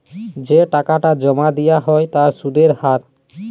যে টাকাটা জমা দেয়া হ্য় তার সুধের হার